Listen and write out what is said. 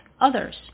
others